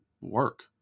work